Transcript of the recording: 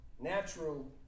natural